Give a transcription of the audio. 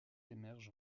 émerge